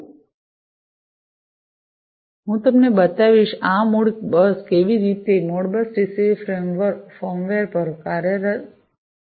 તેથી હું તમને બતાવીશ આ મોડબસ કેવી રીતે મોડબસ ટીસીપી ફર્મવેર કાર્ય કરે છે